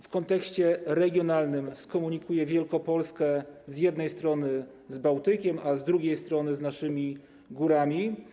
W kontekście regionalnym skomunikuje Wielkopolskę z jednej strony z Bałtykiem, a z drugiej strony - z naszymi górami.